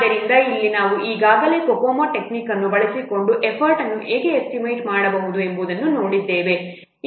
ಆದ್ದರಿಂದ ಇಲ್ಲಿ ನಾವು ಈಗಾಗಲೇ COCOMO ಟೆಕ್ನಿಕ್ ಅನ್ನು ಬಳಸಿಕೊಂಡು ಎಫರ್ಟ್ ಅನ್ನು ಹೇಗೆ ಎಸ್ಟಿಮೇಟ್ ಮಾಡಬಹುದು ಎಂಬುದನ್ನು ನೋಡಿದ್ದೇವೆ